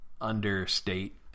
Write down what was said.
understate